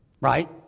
right